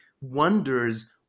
wonders